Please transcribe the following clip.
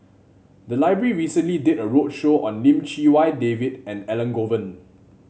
the library recently did a roadshow on Lim Chee Wai David and Elangovan